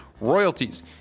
royalties